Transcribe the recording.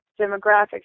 demographics